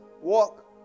walk